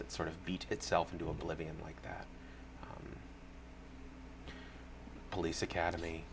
that sort of beat itself into oblivion like that police academy